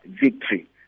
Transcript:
Victory